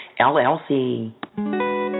LLC